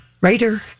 writer